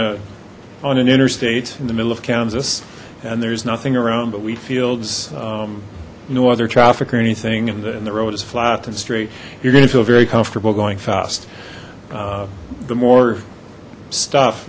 a on an interstate in the middle of kansas and there's nothing around but we fields no other traffic or anything and the road is flat and straight you're gonna feel very comfortable going fast the more stuff